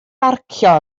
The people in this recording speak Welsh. barcio